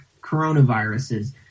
coronaviruses